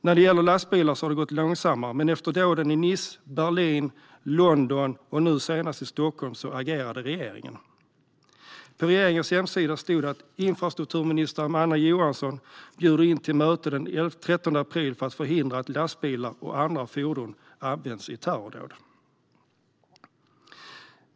När det gäller lastbilar har det gått långsammare, men efter dåden i Nice, Berlin, London och nu senast Stockholm agerade regeringen. På regeringens hemsida stod det att infrastrukturminister Anna Johansson bjöd in till möte den 13 april för att förhindra att lastbilar och andra fordon används i terrordåd.